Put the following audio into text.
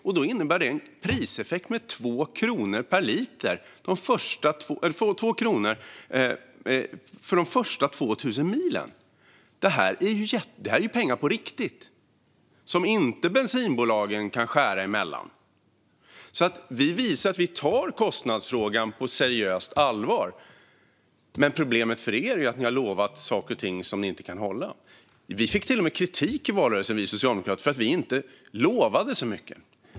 Det innebär en priseffekt på 2 kronor för de första 2 000 milen. Det är pengar på riktigt, och bensinbolagen kan inte skära emellan. Vi visar att vi tar kostnadsfrågan på allvar, men regeringens problem är att de har lovat saker och ting som de inte kan hålla. Vi socialdemokrater fick till och med kritik i valrörelsen för att vi inte lovade så mycket.